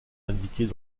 indiquées